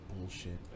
bullshit